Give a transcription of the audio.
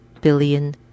billion